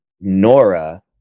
nora